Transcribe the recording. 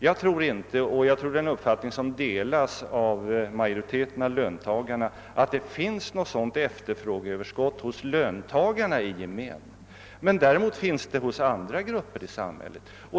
Jag tror inte — och den uppfattningen delas säkerligen av en majoritet av löntagarna — att det finns något efterfrågeöverskott hos löntagarna i gemen. Däremot finns det hos andra grupper i samhället.